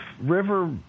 River